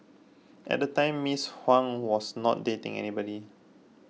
at the time Ms Huang was not dating anybody